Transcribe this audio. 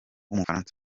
w’umufaransa